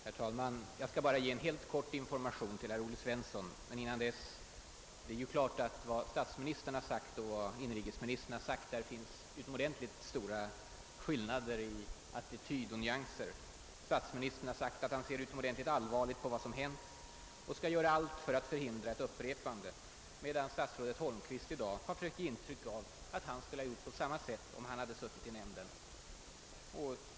Herr talman! Jag skall bara ge en helt kort information till herr Olle Svensson. Men dessförinnan vill jag understryka att det mellan vad statsministern tidigare har sagt och vad inrikesministern nu har anfört finns stora skillnader i attityd och nyanser. Statsministern har sagt att han ser utomordentligt allvarligt på vad som hänt och skall göra allt för att förhindra ett upprepande. Men statsrådet Holmqvist har i dag försökt ge intryck av att han skulle ha handlat på samma sätt som skedde, om han själv hade suttit i nämnden.